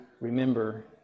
remember